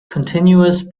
continuous